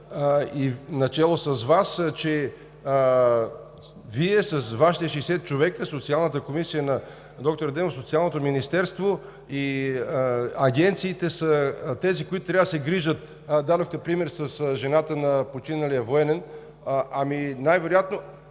начело с Вас, че Вие, с Вашите 60 човека, Социалната комисия на доктор Адемов, Социалното министерство и агенциите са тези, които трябва да се грижат. Дадохте пример с жената на починалия военен. Най-вероятно,